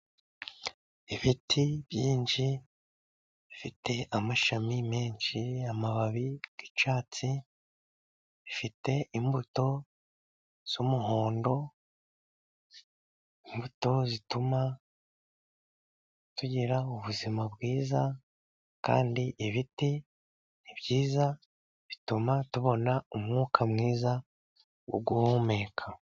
Ibiti byinshi bifite amashami menshi, amababi y'icyatsi bifite imbuto z'umuhondo, imbuto zituma tugira ubuzima bwiza kandi ibiti ni byiza bituma tubona umwuka mwiza wo guhumeka.